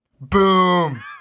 Boom